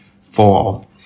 fall